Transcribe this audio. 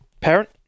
parent